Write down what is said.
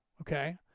Okay